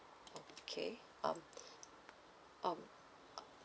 okay um um